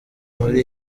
muri